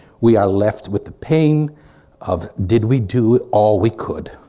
we are left with the pain of did we do all we could?